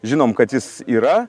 žinom kad jis yra